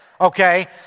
Okay